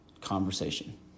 conversation